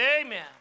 Amen